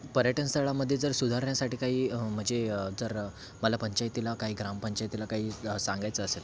पर्यटन स्थळामध्ये जर सुधारण्यासाठी काही म्हणजे जर मला पंचायतीला काही ग्रामपंचायतीला काही सांगायचं असेल